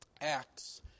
Acts